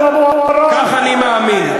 כך אני מאמין.